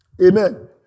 Amen